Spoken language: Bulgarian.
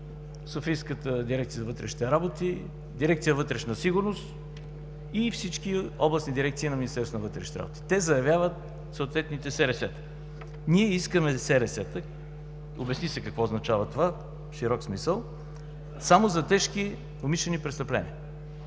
софийската Дирекция на вътрешните работи, Дирекция „Вътрешна сигурност“ и всички областни дирекции на Министерство на вътрешните работи. Те заявяват съответните СРС-та. Ние искаме СРС – обясни се в широк смисъл какво означава това, само за тежки умишлени престъпления.